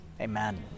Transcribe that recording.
amen